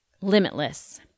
limitless